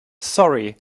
sorry